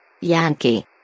Yankee